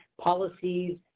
policies